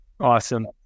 Awesome